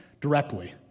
directly